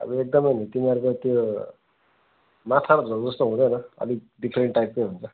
अब एकदमै नि तिमीहरूको त्यो माछाको झोलजस्तो हुँदैन अलिक डिफ्रेन्ट टाइपकै हुन्छ